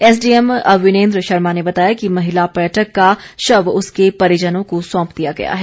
SDM Avinendra Sharma ने बताया कि महिला पर्यटक का शव उसके परिजनों को सौंप दिया गया है